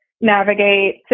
navigate